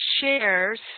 shares